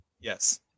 yes